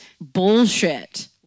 bullshit